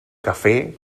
cafè